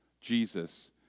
Jesus